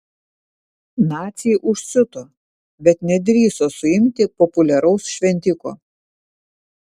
naciai užsiuto bet nedrįso suimti populiaraus šventiko